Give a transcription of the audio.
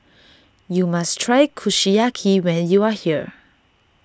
you must try Kushiyaki when you are here